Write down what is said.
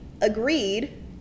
agreed